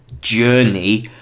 journey